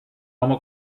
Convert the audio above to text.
ώμο